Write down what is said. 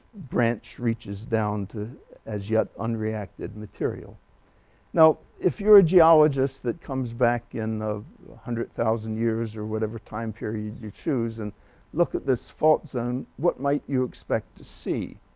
branch reaches down to as yet unreacted material now if you're a geologist that comes back in the hundred thousand years or whatever time period you choose and look at this fault zone what might you expect to see